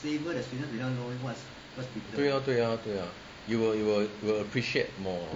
对啊对啊对啊 you will you will you will appreciate more